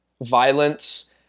violence